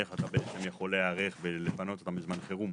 איך אתה יכול להיערך ולפנות אותם בזמן חירום?